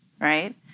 right